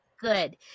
good